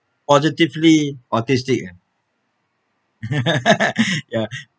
positively autistic ah ya